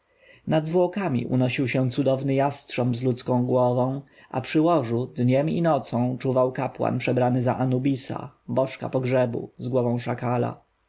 nad zwłokami unosił się cudowny jastrząb z ludzką głową a przy łożu dniem i nocą czuwał kapłan przebrany za anubisa bożka pogrzebu z głową szakala